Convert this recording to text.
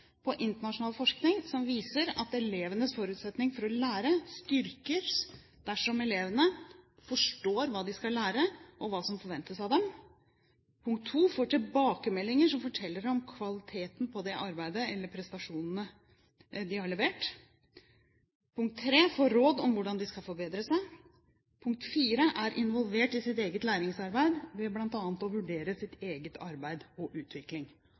på internasjonal forskning som viser at elevenes forutsetninger for å lære styrkes dersom elevene: forstår hva de skal lære, og hva som forventes av dem får tilbakemeldinger som forteller dem om kvaliteten på arbeidet eller prestasjonen de har levert får råd om hvordan de kan forbedre seg er involvert i sitt eget læringsarbeid ved bl.a. å vurdere eget arbeid og egen utvikling